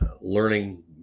learning